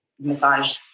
massage